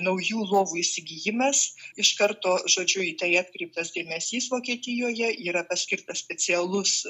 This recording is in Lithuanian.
naujų lovų įsigijimas iš karto žodžiu į tai atkreiptas dėmesys vokietijoje yra paskirtas specialus